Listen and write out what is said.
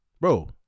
Bro